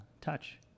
touch